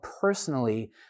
personally